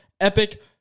epic